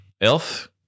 elf